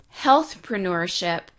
healthpreneurship